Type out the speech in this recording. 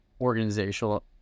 organizational